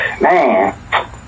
Man